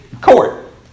court